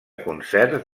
concerts